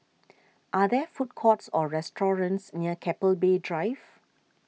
are there food courts or restaurants near Keppel Bay Drive